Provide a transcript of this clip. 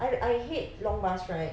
I I hate long bus ride